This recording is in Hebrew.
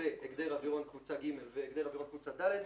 והגדר אווירון קבוצה ג' והגדר אווירון קבוצה ד'